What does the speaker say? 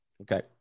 Okay